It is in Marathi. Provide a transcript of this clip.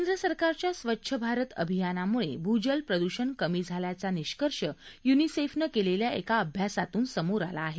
केंद्र सरकारच्या स्वच्छ भारत अभियानामुळे भूजल प्रदूषण कमी झाल्याचा निष्कर्ष युनिसेफनं केलेल्या एका अभ्यासातून समोर आला आहे